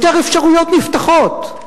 יותר אפשרויות נפתחות.